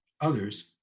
others